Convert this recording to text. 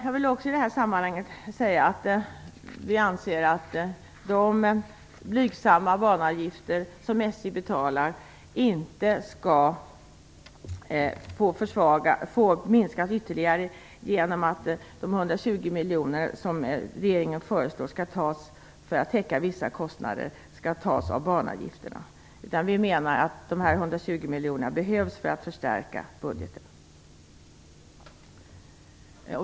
Jag vill i detta sammanhang också säga att vi anser att de blygsamma banavgifter som SJ betalar inte skall få minskas ytterligare genom att de 120 miljoner som regeringen föreslår till att täcka vissa kostnader skall tas från banavgifterna. De 120 miljonerna behövs för att förstärka budgeten.